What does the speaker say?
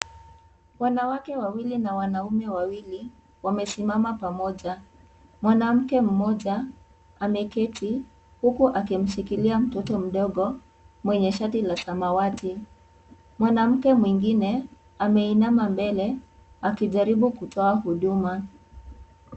Wanawake wawili na wanaume wawili wamesimama pamoja, mwanamke mmoja ameketi huku akimshikilia mtoto mdogo mwenye shati la samawati, mwanamke mwingine ameinama mbele akijaribu kutoa huduma.